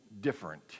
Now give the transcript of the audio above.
different